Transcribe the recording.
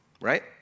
right